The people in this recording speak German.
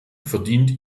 verdient